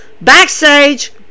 backstage